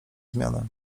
zmianę